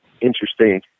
interesting